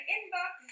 Inbox